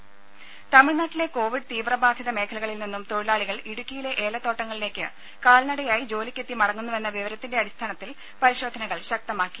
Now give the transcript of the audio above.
രുമ തമിഴ്നാട്ടിലെ കോവിഡ് തീവ്രബാധിത മേഖലകളിൽ നിന്നും തൊഴിലാളികൾ ഇടുക്കിയിലെ ഏലത്തോട്ടങ്ങളിലേക്ക് കാൽനടയായി ജോലിക്കെത്തി മടങ്ങുന്നുവെന്ന വിവരത്തിന്റെ അടിസ്ഥാനത്തിൽ പരിശോധനകൾ ശക്തമാക്കി